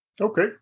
okay